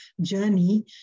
journey